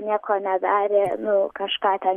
nieko nedarė nu kažką ten